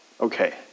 Okay